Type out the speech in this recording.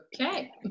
Okay